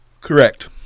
Correct